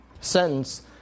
sentence